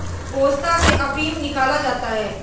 पोस्ता से अफीम निकाला जाता है